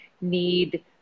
need